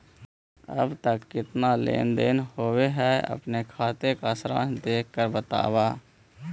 अब तक कितना लेन देन होलो हे अपने खाते का सारांश देख कर बतावा